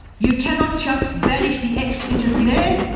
you cannot just vanish the x into thin air,